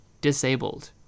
disabled